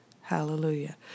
Hallelujah